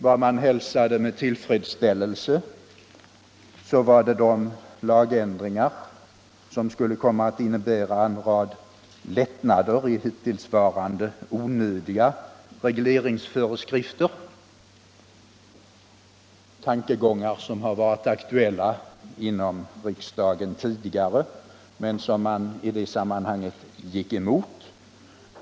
Vad man hälsade med tillfredsställelse var de lagändringar som skulle komma att innebära en rad lättnader i hittillsvarande onödiga regleringsföreskrifter — tankegångar som varit aktuella inom riksdagen tidigare, men som då inte vann tillräcklig anslutning.